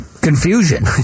confusion